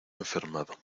enfermado